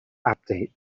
update